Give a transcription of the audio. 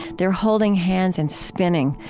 they're holding hands and spinning,